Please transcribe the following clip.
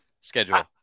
schedule